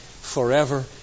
forever